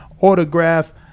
autograph